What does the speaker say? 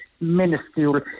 minuscule